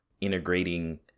integrating